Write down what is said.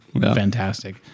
Fantastic